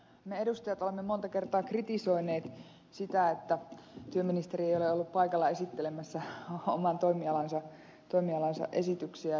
me edustajat olemme monta kertaa kritisoineet sitä että työministeri ei ole ollut paikalla esittelemässä oman toimialansa esityksiä